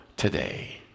today